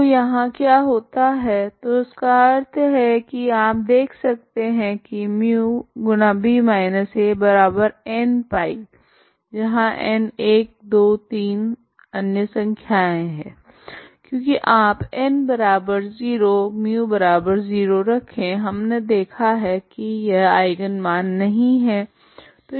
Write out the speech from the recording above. तो यहाँ क्या होता है तो इसका अर्थ है की आप देख सकते है की μb−anπ n123 क्योकि आप n0μ0 रखे हमने देखा है की यह आइगन मान नहीं है